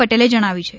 પટેલે જણાવ્યુ છે